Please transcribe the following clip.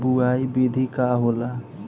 बुआई विधि का होला?